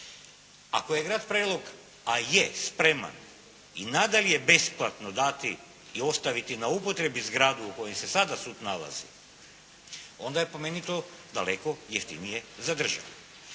Ako je Grad Prelog, a je spreman, i nadalje besplatno dati i ostaviti na upotrebi zgradu u kojoj se sada sud nalazi, onda je po meni to daleko jeftinije za državu.